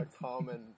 common